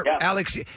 Alex